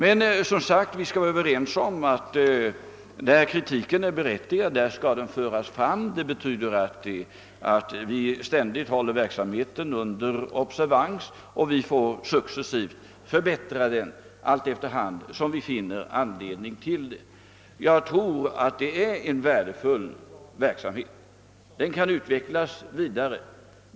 Men det råder som sagt enighet om att kritik, när den är berättigad, skall föras fram. Det betyder att vi ständigt håller verksamheten under observans. Vi skall också förbättra den successivt, efter hand som vi finner anledning härtill. Jag tror att det här gäller en värdefull verksamhet, som kan utvecklas vidare.